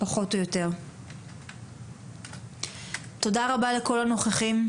תודה רבה לכל הנוכחים.